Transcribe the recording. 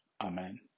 Amen